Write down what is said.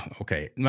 okay